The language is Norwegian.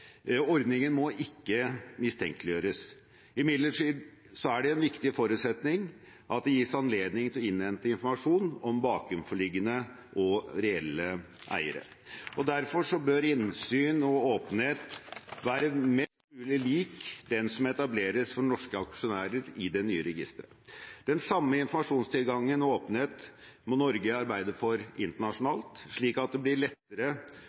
Ordningen må ikke mistenkeliggjøres. Imidlertid er det en viktig forutsetning at det gis anledning til å innhente informasjon om bakenforliggende og reelle eiere. Derfor bør innsyn og åpenhet være mest mulig likt med det som etableres for norske aksjonærer i det nye registeret. Den samme informasjonstilgangen og åpenheten må Norge arbeide for internasjonalt, slik at det blir lettere